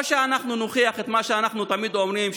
או שאנחנו נוכיח את מה שאנחנו תמיד אומרים,